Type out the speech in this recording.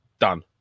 done